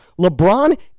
LeBron